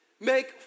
make